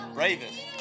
Bravest